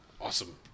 awesome